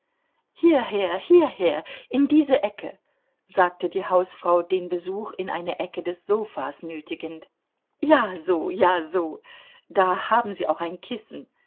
hierher hierher in diese ecke sagte die hausfrau den besuch in eine ecke des sofas nötigend ja so ja so da haben sie auch ein kissen